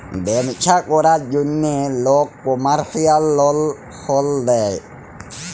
ব্যবছা ক্যরার জ্যনহে লক কমার্শিয়াল লল সল লেয়